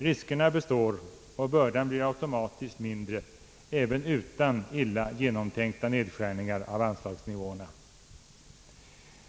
Riskerna består, och bördan blir automatiskt mindre även utan illa genomtänkta nedskärningar av anslagsnivåerna.